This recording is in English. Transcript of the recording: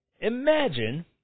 Imagine